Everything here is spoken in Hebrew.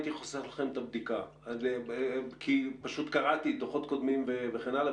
הייתי חוסך לכם את הבדיקה כי פשוט קראתי דוחות קודמים ודברים